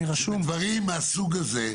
דברים מהסוג הזה,